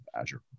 Azure